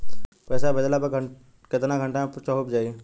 पैसा भेजला पर केतना घंटा मे पैसा चहुंप जाई?